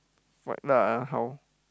fight lah how